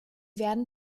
werden